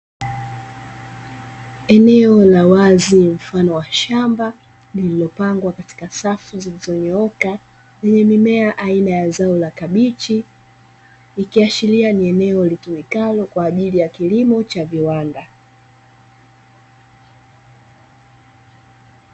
Eneo la wazi mfano wa shamba lililopangwa katika safu zilizonyooka, lenye mimea aina ya zao la kabichi, ikiashilia ni eneo litumikalo kwa ajili ya kilimo cha viwanda.